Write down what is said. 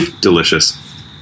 delicious